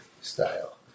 style